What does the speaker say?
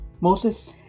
Moses